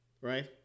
right